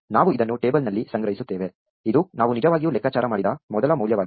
ಆದ್ದರಿಂದ ನಾವು ಇದನ್ನು ಟೇಬಲ್ನಲ್ಲಿ ಸಂಗ್ರಹಿಸುತ್ತೇವೆ ಇದು ನಾವು ನಿಜವಾಗಿಯೂ ಲೆಕ್ಕಾಚಾರ ಮಾಡಿದ ಮೊದಲ ಮೌಲ್ಯವಾಗಿದೆ